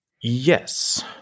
Yes